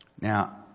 Now